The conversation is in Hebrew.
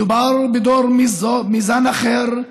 מדובר בדור מזן אחר,